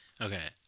Okay